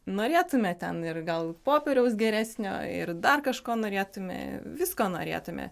norėtume ten ir gal popieriaus geresnio ir dar kažko norėtume visko norėtume